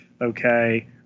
okay